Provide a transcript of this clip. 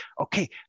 okay